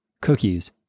Cookies